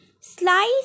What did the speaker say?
slice